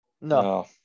No